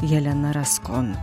jelena raskon